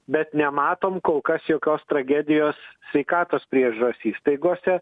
bet nematom kol kas jokios tragedijos sveikatos priežiūros įstaigose